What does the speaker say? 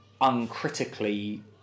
uncritically